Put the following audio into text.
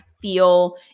feel